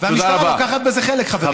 המשטרה לוקחת בזה חלק, חברים.